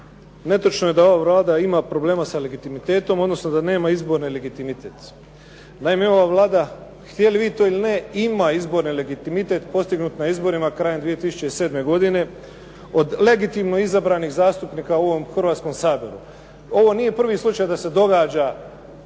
Netočno je da ova Vlada ima problema sa legitimitetom, odnosno da nema izborni legitimitet. Naime, ova Vlada htjeli vi to ili ne ima izborni legitimitet postignut na izborima krajem 2007. godine. Od legitimno izabranih zastupnika u ovom Hrvatskom saboru, ovo nije prvi slučaj da se događa